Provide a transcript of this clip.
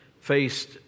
faced